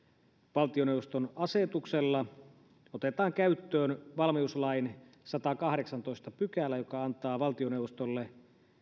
valtioneuvoston asetuksella otetaan käyttöön valmiuslain sadaskahdeksastoista pykälä joka antaa valtioneuvostolle